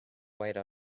white